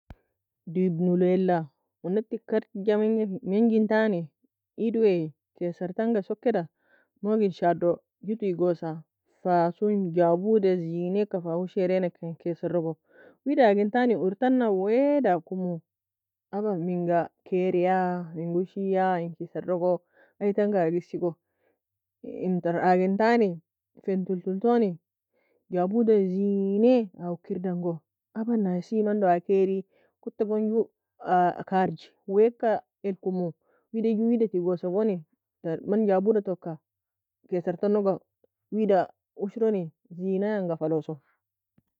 Dibb nulueal, unati karga menja fi menjintani, edd wea kaeser tanga sokeda nougen shadu ju tigosa, fa asun jabude zineka fa ushereneka, in kaesserogo, wida agintani urrtana wea dakumo, aba ming kerya? Minga ushya? In kaesserogo, aytanga agge isigo, in tar agintani fenin toul toni jabude zinea aa ukir dango, aba nasi mando aa kaeri? Kutta gon juu aa karji, waeka elkomu, wida ju weida tigosa goni tar man jabuda toka, kaessertanog weida ushroni, zina'nga faloso.